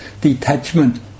detachment